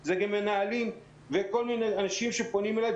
זה גם מנהלים וכל מיני אנשים שפונים אליי,